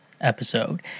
episode